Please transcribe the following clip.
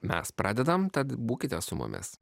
mes pradedam tad būkit su mumis